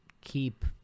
keep